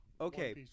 Okay